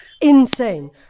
insane